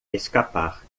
escapar